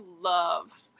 love